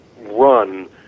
run